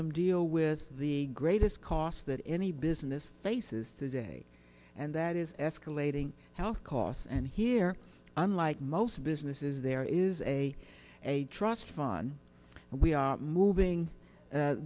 them deal with the greatest cost that any business faces today and that is escalating health costs and here unlike most businesses there is a a trust fun and we are moving